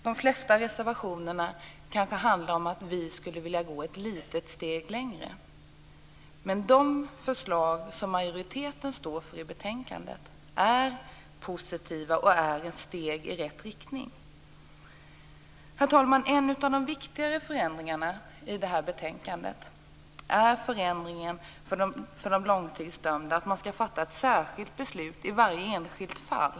De flesta av reservationerna kanske handlar om att vi skulle vilja gå ett litet steg längre. Men de förslag som majoriteten står för i betänkandet är positiva. De innebär ett steg i rätt riktning. Herr talman! En av de viktigare förändringarna i det här betänkandet är förändringen för de långtidsdömda. Det gäller att man skall fatta ett särskilt beslut i varje enskilt fall.